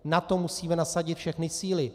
Na to musíme nasadit všechny síly.